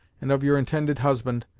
and of your intended husband,